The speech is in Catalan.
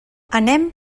anem